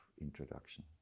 introduction